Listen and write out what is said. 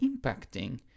impacting